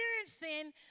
experiencing